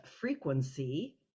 frequency